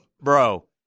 Bro